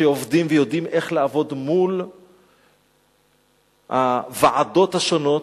שעובדים ויודעים איך לעבוד מול הוועדות השונות,